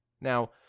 Now